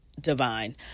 divine